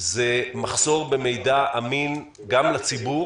זה מחסור במידע אמין, גם לציבור